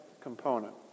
component